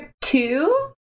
two